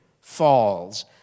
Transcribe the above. falls